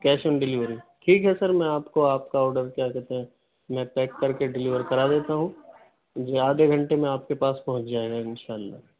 cash on delivery ٹھیک ہے sir میں آپ کو آپ کا آڈر کیا کہتے ہیں میں پیک کر کے ڈیلیور کرا دیتا ہوں جی آدھے گھنٹے میں آپ کے پاس پہنچ جائے گا ان شاء اللہ